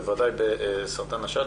בוודאי בסרטן השד,